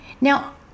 Now